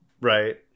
right